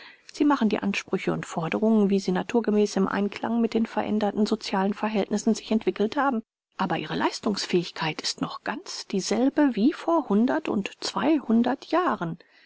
sie machen die ansprüche und forderungen wie sie naturgemäß im einklang mit den veränderten socialen verhältnissen sich entwickelt haben aber ihre leistungsfähigkeit ist noch ganz dieselbe wie vor hundert und zweihundert jahren